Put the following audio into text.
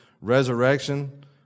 resurrection